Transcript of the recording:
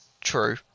true